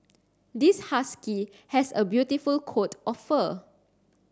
this husky has a beautiful coat of fur